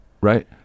Right